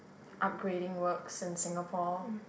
upgrading works in Singapore